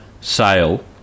sale